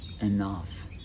enough